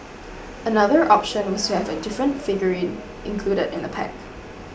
another option was to have a different figurine included in the pack